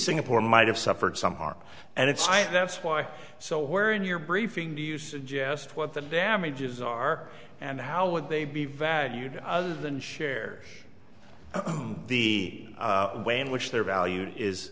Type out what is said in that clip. singapore might have suffered some harm and it's that's why so where in your briefing do you suggest what the damages are and how would they be valued other than share the way in which their value is